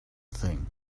thing